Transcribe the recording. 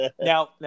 Now